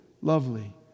lovely